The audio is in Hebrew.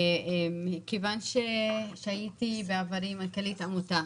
כיוון שבעברי הייתי מנכ"לית עמותה,